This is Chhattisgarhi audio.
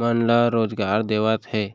मन ल रोजगार देवत हे